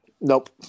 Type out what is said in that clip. Nope